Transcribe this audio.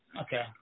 okay